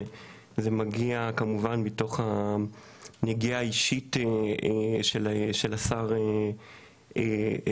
זה מגיע כמובן מתוך הנגיעה האישית של השר טרופר,